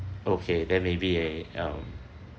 okay then may be a um